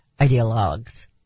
ideologues